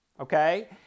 okay